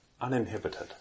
uninhibited